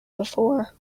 before